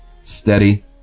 Steady